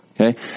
Okay